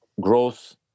growth